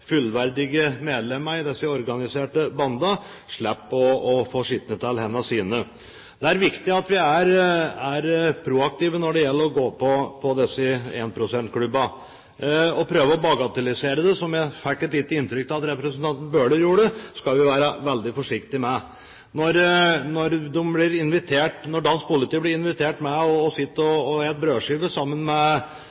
fullverdige medlemmene i de organiserte bandene slipper å få skitnet til hendene sine. Det er viktig at vi er proaktive når det gjelder å gå på disse énprosentklubbene. Å prøve å bagatellisere det, som jeg fikk et lite inntrykk av at representanten Bøhler gjorde, skal vi være veldig forsiktige med. Når dansk politi blir invitert med og sitter og